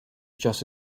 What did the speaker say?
just